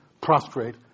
prostrate